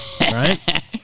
right